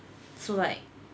so like